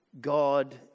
God